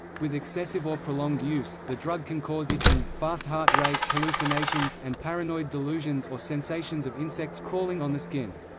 with excessive or prolonged use, the drug can cause itching, fast heart rate, hallucinations, and paranoid delusions or sensations of insects crawling on the skin.